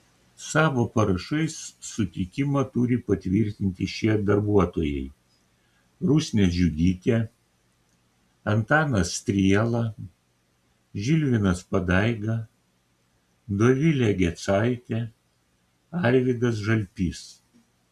savo parašais sutikimą turi patvirtinti šie darbuotojai rusnė džiugytė antanas striela žilvinas padaiga dovilė gecaitė arvydas žalpys